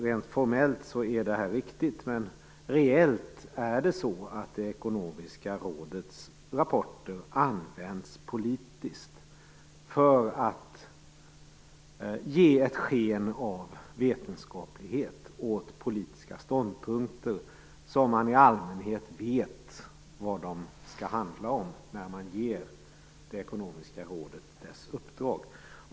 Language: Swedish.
Rent formellt är detta riktigt, men reellt är det så att Ekonomiska rådets rapporter används politiskt. De används för att ge ett sken av vetenskaplighet åt politiska ståndpunkter som man i allmänhet redan vet vad de skall handla om när man ger Ekonomiska rådet dess uppdrag.